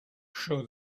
show